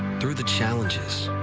through the challenges.